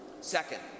Second